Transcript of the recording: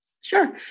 Sure